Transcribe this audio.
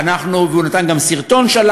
והוא שלח גם סרטון,